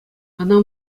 ӑна